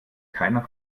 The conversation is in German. keiner